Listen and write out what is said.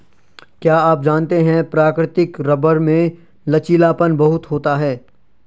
क्या आप जानते है प्राकृतिक रबर में लचीलापन बहुत होता है?